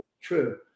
true